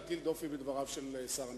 להטיל דופי בדבריו של שר המשפטים.